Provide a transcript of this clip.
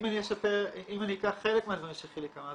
אם אני אקח חלק מהדברים שחיליק אמר,